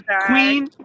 Queen